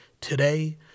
Today